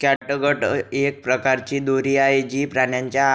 catgut एक प्रकारची दोरी आहे, जी प्राण्यांच्या